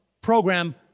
program